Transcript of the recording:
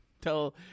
tell –